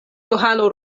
johano